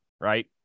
right